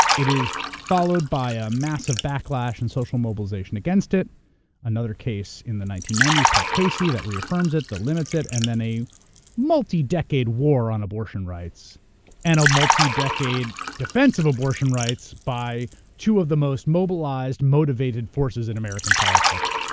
it is followed by a massive backlash and social mobilization against it another case in the nineteen ninety s called casey that reaffirms it but limits it, and then a multi decade war on abortion rights and a multi decade defense of abortion rights by two of the most mobilized motivated forces in american politics,